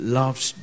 loves